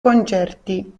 concerti